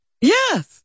Yes